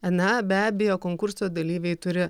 na be abejo konkurso dalyviai turi